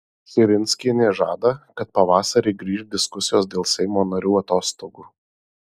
širinskienė žada kad pavasarį grįš diskusijos dėl seimo narių atostogų